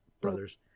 brothers